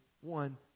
One